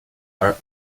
are